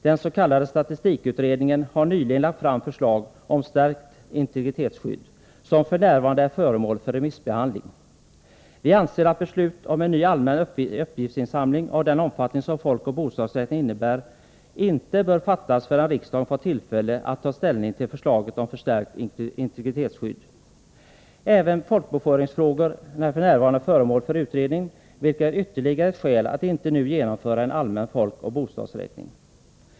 Den s.k. statistikutredningen har nyligen lagt fram förslag om ettstarkt integritetsskydd. Förslaget är f. n. föremål för remissbehandling. Vi anser att beslut om en ny allmän uppgiftsinsamling av den omfattning som en folkoch bostadsräkning innebär inte bör fattas förrän riksdagen fått tillfälle att ta ställning till förslagen om förstärkt integritetsskydd. Även folkbokföringsfrågorna är f. n. föremål för utredning. Det är ytterligare ett skäl till att man inte nu skall genomföra en allmän folkoch bostadsräkning.